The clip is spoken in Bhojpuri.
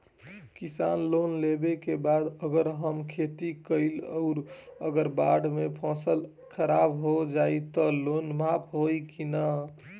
किसान लोन लेबे के बाद अगर हम खेती कैलि अउर अगर बाढ़ मे फसल खराब हो जाई त लोन माफ होई कि न?